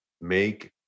make